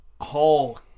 Hall